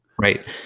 Right